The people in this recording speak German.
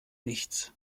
nichts